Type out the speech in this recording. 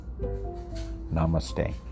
Namaste